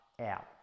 out